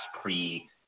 pre